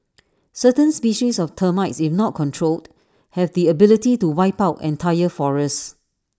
certain species of termites if not controlled have the ability to wipe out entire forests